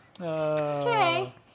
Okay